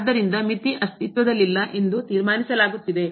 ಆದ್ದರಿಂದ ಮಿತಿ ಅಸ್ತಿತ್ವದಲ್ಲಿಲ್ಲ ಎಂದು ತೀರ್ಮಾನಿಸಲಾಗುತ್ತದೆ